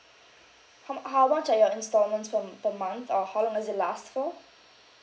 how how much are your installments per m~ per month or how long does it last for